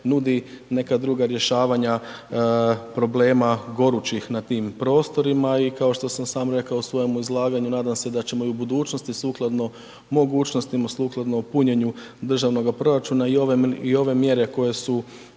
nudi neka druga rješavanja problema gorućih na tim prostorima i kao što sam sam rekao u svojemu izlaganju, nadam se da ćemo i u budućnosti sukladno mogućnostima, sukladno punjenju državnoga proračuna i ove mjere koje su